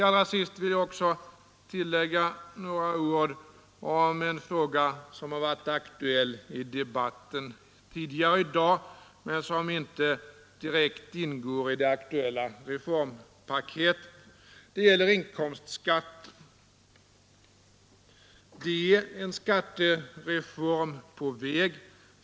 Allra sist vill jag också säga några ord om en fråga som har varit aktuell i debatten tidigare i dag men som inte direkt ingår i det aktuella reformpaketet. Det gäller inkomstskatten. En skattereform är på väg.